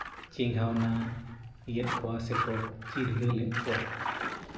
ᱪᱮᱸᱜᱷᱟᱣᱟᱱᱟᱜ ᱮᱫ ᱠᱚᱣᱟ ᱥᱮᱠᱚ ᱪᱤᱨᱜᱟᱹᱞᱮᱫ ᱠᱚᱣᱟ